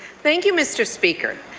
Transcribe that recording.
thank you, mr. speaker.